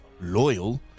loyal